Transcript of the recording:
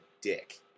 dick